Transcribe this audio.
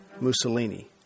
Mussolini